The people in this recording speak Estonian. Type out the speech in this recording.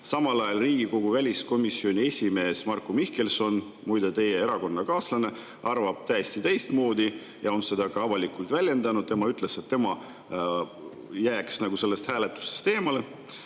Samal ajal Riigikogu väliskomisjoni esimees Marko Mihkelson, muide, teie erakonnakaaslane, arvab täiesti teistmoodi ja on seda ka avalikult väljendanud. Tema ütles, et tema oleks jäänud sellest hääletusest eemale.